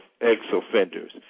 ex-offenders